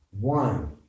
One